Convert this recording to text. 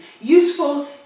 Useful